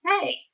Hey